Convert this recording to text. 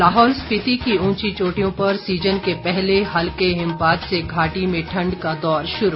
लाहौल स्पीति की ऊंची चोटियों पर सीजन के पहले हल्के हिमपात से घाटी में ठंड का दौर शुरू